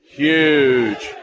huge